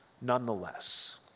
nonetheless